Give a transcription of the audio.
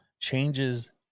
changes